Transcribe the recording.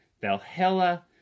Valhalla